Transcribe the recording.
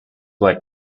why